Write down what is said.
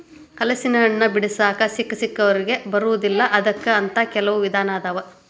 ಹಲಸಿನಹಣ್ಣ ಬಿಡಿಸಾಕ ಸಿಕ್ಕಸಿಕ್ಕವರಿಗೆ ಬರುದಿಲ್ಲಾ ಅದಕ್ಕ ಅಂತ ಕೆಲ್ವ ವಿಧಾನ ಅದಾವ